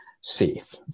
safe